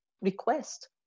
request